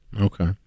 Okay